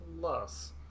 plus